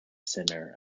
center